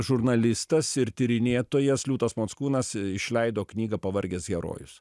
žurnalistas ir tyrinėtojas liūtas mockūnas išleido knygą pavargęs herojus